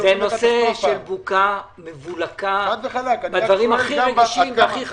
יש בוקה ומבולקה בדברים הכי רגישים והכי חשובים.